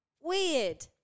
Weird